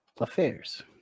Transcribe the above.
affairs